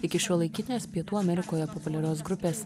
iki šiuolaikinės pietų amerikoje populiarios grupės